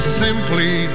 simply